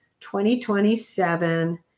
2027